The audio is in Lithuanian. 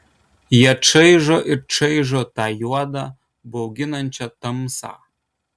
jie čaižo ir čaižo tą juodą bauginančią tamsą